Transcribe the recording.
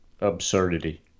absurdity